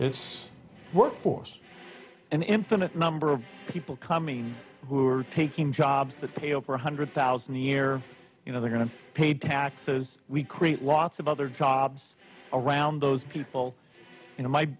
its workforce an infinite number of people coming in who are taking jobs that pay over one hundred thousand a year you know they're going to pay taxes we create lots of other jobs around those people in my